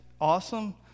Awesome